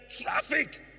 traffic